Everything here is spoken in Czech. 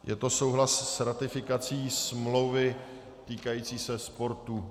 Je to souhlas s ratifikací smlouvy týkající se sportu.